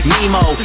Nemo